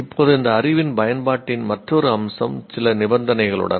இப்போது இந்த அறிவின் பயன்பாட்டின் மற்றொரு அம்சம் சில நிபந்தனைகளுடன்